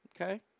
Okay